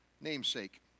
namesake